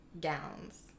gowns